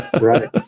Right